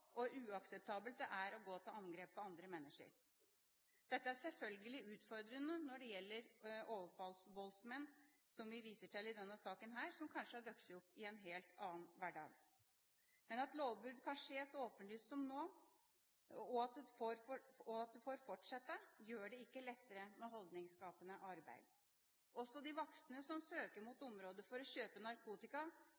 uakseptabelt det er å gå til angrep på andre mennesker. Dette er sjølsagt utfordrende når det gjelder overfallsvoldsmenn, som vi viser til i denne saken, som kanskje har vokst opp i en helt annen hverdag. Men at lovbrudd kan skje så åpenlyst som nå, og at det får fortsette, gjør det ikke lettere med holdningsskapende arbeid. Også de voksne som søker mot